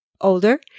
older